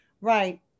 Right